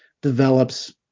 develops